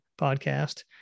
podcast